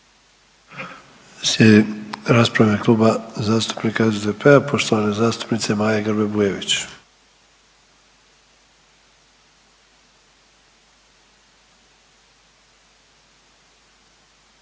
Slijedi rasprava u ime Kluba zastupnika SDP-a poštovane zastupnice Maje Grbe Bujević.